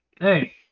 Hey